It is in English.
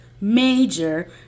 major